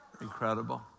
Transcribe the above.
Incredible